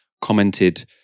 commented